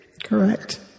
Correct